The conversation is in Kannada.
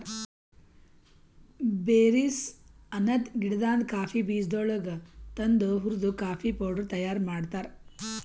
ಬೇರೀಸ್ ಅನದ್ ಗಿಡದಾಂದ್ ಕಾಫಿ ಬೀಜಗೊಳಿಗ್ ತಂದು ಹುರ್ದು ಕಾಫಿ ಪೌಡರ್ ತೈಯಾರ್ ಮಾಡ್ತಾರ್